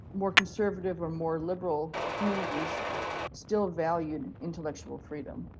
more conservative, or more liberal communities still valued intellectual freedom.